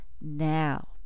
now